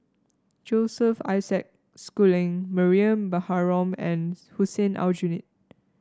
Joseph Isaac Schooling Mariam Baharom and Hussein Aljunied